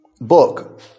book